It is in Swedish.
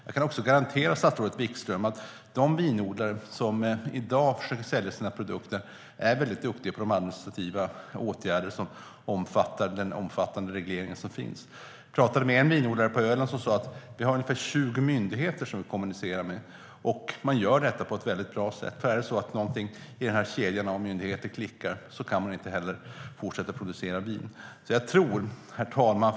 Jag kan också garantera statsrådet Wikström att de vinodlare som i dag försöker sälja sina produkter är duktiga på de administrativa åtgärder som finns i den omfattande regleringen. Jag har pratat med en vinodlare på Öland som säger att de kommunicerar med ungefär 20 myndigheter, och de gör detta på ett bra sätt. Om något i kedjan av myndigheter klickar går det inte att fortsätta att producera vin. Fru talman!